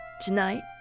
Tonight